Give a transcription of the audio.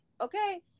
okay